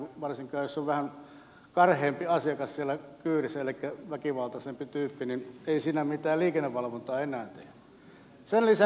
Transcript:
varsinkaan silloin jos on vähän karheampi asiakas siellä kyydissä elikkä väkivaltaisempi tyyppi ei siinä mitään liikennevalvontaa enää tehdä